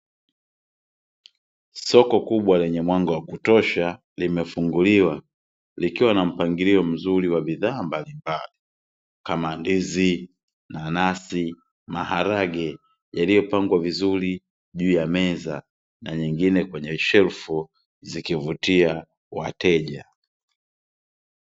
Soko kubwa lenye mwanga wa kutosha limefunguliwa, likiwa na mpangilio mzuri wa bidhaa mbalimbali, kama: ndizi, nanasi, maharage; yaliyopangwa vizuri juu ya meza na nyingine kwenye shelfu zikivutia wateja.